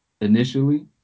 initially